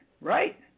Right